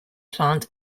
plant